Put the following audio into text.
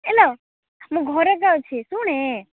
ଏ ଲୋ ମୁଁ ଘରେ ଯାଉଛି ଶୁଣେ